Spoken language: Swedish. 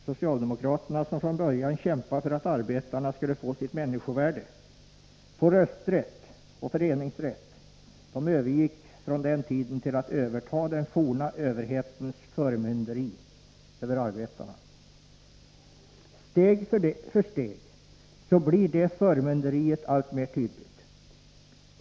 Socialdemokraterna, som från början kämpade för att arbetarna skulle få sitt människovärde, få rösträtt och föreningsrätt, övergick fr.o.m. den tiden till att överta den forna överhetens förmynderi över arbetarna. Steg för steg blir detta förmynderi allt tydligare.